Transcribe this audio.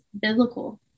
biblical